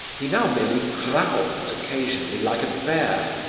he now merely growled occasionally like a bear,